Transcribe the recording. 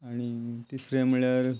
आनी तिसरे म्हळ्यार